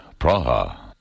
Praha